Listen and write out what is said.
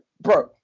Bro